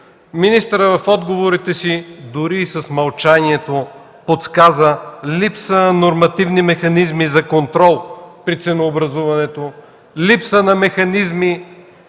Министърът в отговорите дори с мълчанието си подсказа липса на нормативни механизми за контрол при ценообразуването, липса на механизми